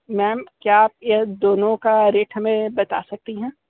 ma'am क्या आप ये दोनों का रेट हमें बता सकती हैं